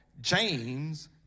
James